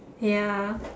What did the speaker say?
ya